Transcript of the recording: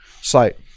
site